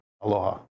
Aloha